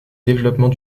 développement